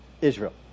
Israel